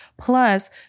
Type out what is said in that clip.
plus